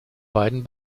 beiden